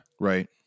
Right